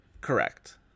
Correct